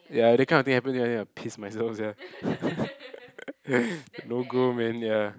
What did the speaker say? ya that kind of thing happen ya ya piss myself sia no go man ya